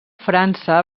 frança